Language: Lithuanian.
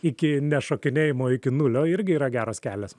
iki nešokinėjimo iki nulio irgi yra geras kelias